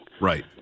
right